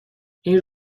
این